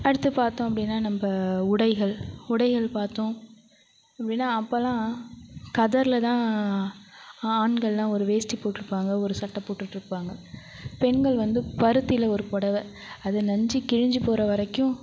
அடுத்து பார்த்தோம் அப்படின்னா நம்ப உடைகள் உடைகள் பார்த்தோம் அப்படின்னா அப்போலாம் கதரில் தான் ஆண்கள் எல்லாம் ஒரு வேஷ்டி போட்டுருப்பாங்க ஒரு சட்டை போட்டுகிட்டு இருப்பாங்க பெண்கள் வந்து பருத்தியில ஒரு புடவ அது நஞ்சு கிழிஞ்சு போகற வரைக்கும்